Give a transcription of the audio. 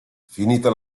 finita